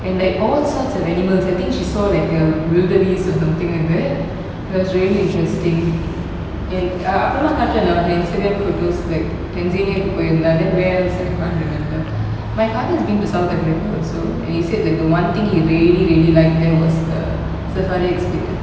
and like all sorts of animals I think she saw like a or like something like that it was really interesting and err அப்போலாம்:apolam like tanzania கு போயிருந்தேன்:ku poirunthen but then where else I can't remember my father has been to south africa also and he said like the one thing he really really liked there was the safari experience